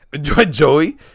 Joey